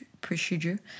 procedure